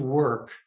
work